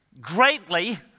greatly